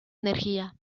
energía